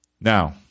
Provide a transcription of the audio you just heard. Now